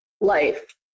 life